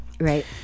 Right